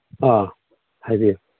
ꯑꯥ ꯍꯥꯏꯕꯤꯌꯨ